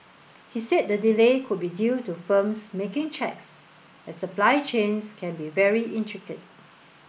he said the delay could be due to firms making checks as supply chains can be very intricate